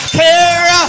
care